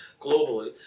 globally